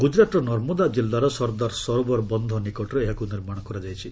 ଗୁଜରାତର ନର୍ମଦା କିଲ୍ଲାର ସର୍ଦ୍ଦାର ସବେରାବର ବନ୍ଧ ନିକଟରେ ଏହାକୁ ନିର୍ମାଣ କରାଯାଇଛି